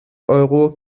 euro